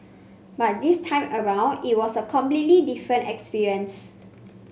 but this time around it was a completely different experience